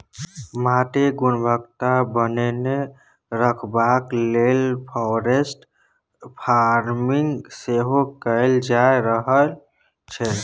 माटिक गुणवत्ता बनेने रखबाक लेल फॉरेस्ट फार्मिंग सेहो कएल जा रहल छै